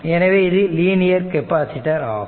எனவே இது linear capacitor ஆகும்